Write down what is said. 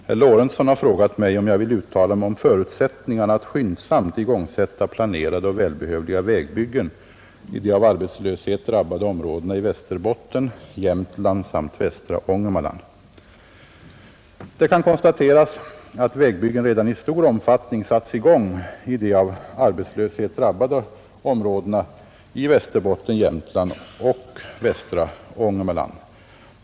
Herr talman! Herr Lorentzon har frågat mig, om jag vill uttala mig om förutsättningarna att skyndsamt igångsätta planerade och välbehövliga vägbyggen i de av arbetslöshet drabbade områdena i Västerbotten, Jämtland samt västra Ångermanland. Det kan konstateras, att vägbyggen redan i stor omfattning satts i gång i de av arbetslöshet drabbade områdena i Västerbotten, Jämtland och västra Ångermanland.